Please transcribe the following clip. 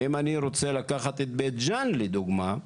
ואם אני רוצה לקחת את בית ג'אן לדוגמה,